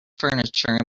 furniture